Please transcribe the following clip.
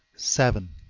seven.